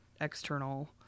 external